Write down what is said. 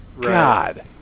God